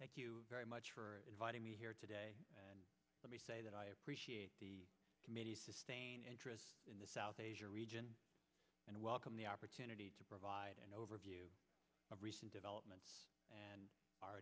thank you very much for inviting me here today and let me say that i appreciate the interest in the south asia region and welcome the opportunity to provide an overview of recent developments and our